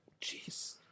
Jeez